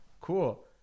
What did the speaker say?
cool